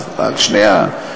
רק שנייה.